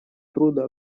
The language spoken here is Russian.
трудно